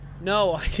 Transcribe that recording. No